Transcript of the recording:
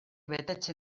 betetzen